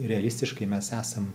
realistiškai mes esam